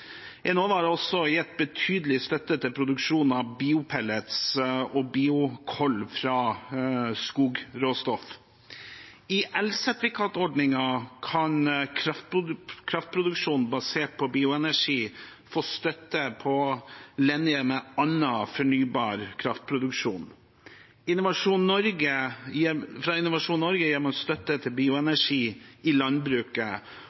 også gitt betydelig støtte til produksjon av biopellets og biokull fra skogråstoff. I elsertifikatordningen kan kraftproduksjon basert på bioenergi få støtte, på linje med annen fornybar kraftproduksjon. Fra Innovasjon Norge gir man støtte til bioenergi i landbruket og til